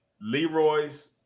Leroy's